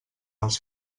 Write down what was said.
els